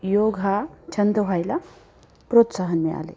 योग हा छंद व्हायला प्रोत्साहन मिळाले